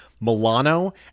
Milano